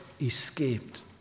escaped